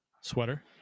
sweater